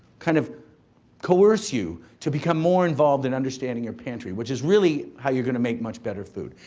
kind of coerce you to become more involved in understanding your pantry, which is really how you're gonna make much better food.